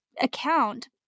account